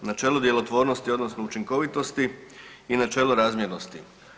Načelo djelotvornosti, odnosno učinkovitosti i načelo razmjernosti.